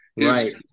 Right